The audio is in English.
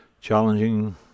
challenging